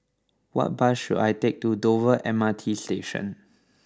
what bus should I take to Dover M R T Station